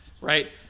right